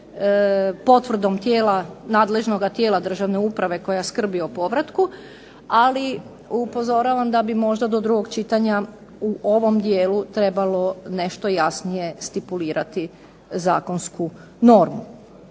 potvrdom tijela, nadležnoga tijela državne uprave koja skrbi o povratku, ali upozoravam da bi možda do drugog čitanja u ovom dijelu trebalo nešto jasnije stipulirati zakonsku normu.